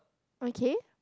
okay